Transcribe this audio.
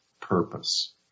purpose